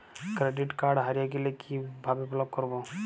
Credit card হারিয়ে গেলে কি ভাবে ব্লক করবো?